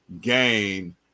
gain